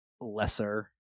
lesser